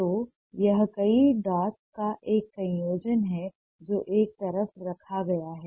तो यह कई डॉट्स का एक संयोजन है जो एक तरफ रखा गया है